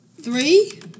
three